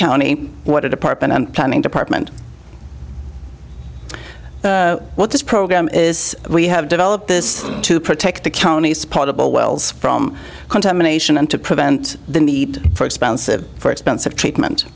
county what a department and planning department what this program is we have developed this to protect the county's possible wells from contamination and to prevent the need for expensive for expensive treatment